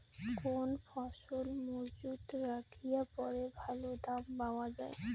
কোন ফসল মুজুত রাখিয়া পরে ভালো দাম পাওয়া যায়?